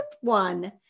one